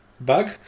bug